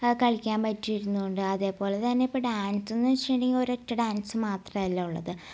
ആ കളിക്കാൻ പറ്റിയിരുന്ന് കൊണ്ട് അതേപോലെ തന്നെ ഇപ്പം ഡാൻസെന്ന് വച്ചിട്ടുണ്ടെങ്കിൽ ഒരൊറ്റ ഡാൻസ് മാത്രം അല്ല ഉള്ളത്